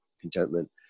contentment